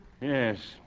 Yes